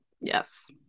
yes